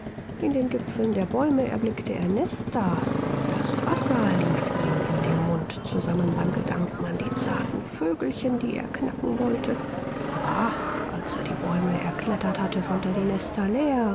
in den gipfeln der bäume erblickte er nester das wasser lief ihm in dem mund zusammen beim gedanken an die zarten vögelchen die er knacken wollte aber ach als er die bäume erklettert hatte fand er die nester leer